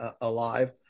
alive